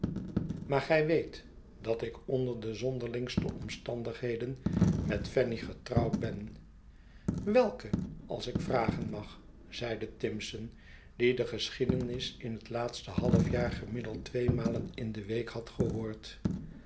maar gij weet dat ik onder de zonderlingste omstandigheden met fanny getrouwd ben welke als ik vragen mag zeide timson die de geschiedenis in het laatste halfjaar gemiddeld tweemalen in de week had gehoord